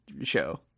show